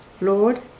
Lord